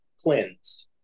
cleansed